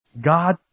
God